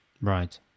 Right